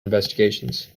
investigations